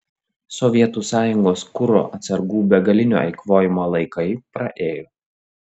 sovietų sąjungos kuro atsargų begalinio eikvojimo laikai praėjo